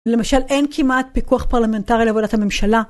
למשל אין כמעט פיקוח פרלמנטרי לעבודת הממשלה.